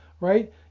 right